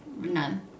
None